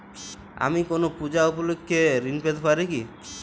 আমি কোনো পূজা উপলক্ষ্যে ঋন পেতে পারি কি?